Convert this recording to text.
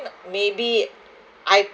maybe I